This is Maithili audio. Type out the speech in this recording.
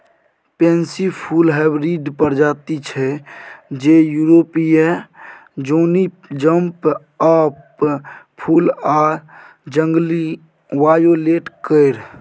पेनसी फुल हाइब्रिड प्रजाति छै जे युरोपीय जौनी जंप अप फुल आ जंगली वायोलेट केर